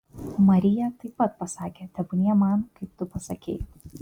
marija taip pat pasakė tebūnie man kaip tu pasakei